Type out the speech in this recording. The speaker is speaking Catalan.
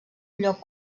lloc